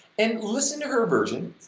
and listen to her version,